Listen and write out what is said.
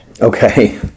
Okay